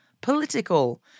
political